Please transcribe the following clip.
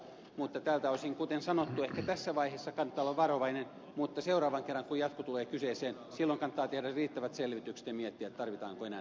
mutta tältä osin kuten sanottu ehkä tässä vaiheessa kannattaa olla varovainen mutta seuraavan kerran kun jatko tulee kyseeseen kannattaa tehdä riittävät selvitykset ja miettiä tarvitaanko enää